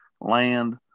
land